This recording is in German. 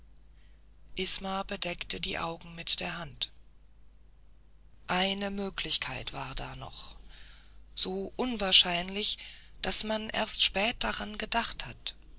isma bedeckte die augen mit der hand eine möglichkeit aber war noch da so unwahrscheinlich daß man erst spät daran gedacht hat